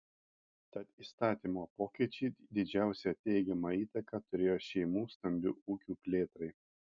tad įstatymo pokyčiai didžiausią teigiamą įtaką turėjo šeimų stambių ūkių plėtrai